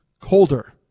colder